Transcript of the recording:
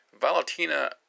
Valentina